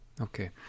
Okay